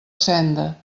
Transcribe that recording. senda